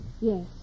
Yes